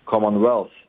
koman vels